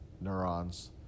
neurons